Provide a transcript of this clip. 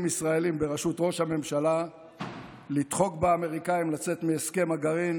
ישראלים בראשות ראש הממשלה לדחוק באמריקאים לצאת מהסכם הגרעין